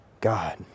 God